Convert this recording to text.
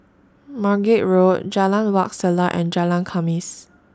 Margate Road Jalan Wak Selat and Jalan Khamis